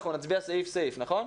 אנחנו נצביע סעיף סעיף, נכון?